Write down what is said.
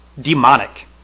demonic